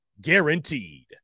Guaranteed